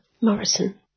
Morrison